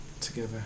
Together